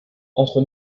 entre